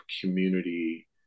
community